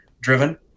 driven